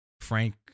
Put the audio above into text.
Frank